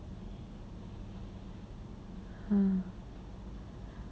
hmm